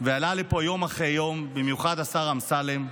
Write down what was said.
ועלה לפה יום אחרי יום במיוחד השר אמסלם,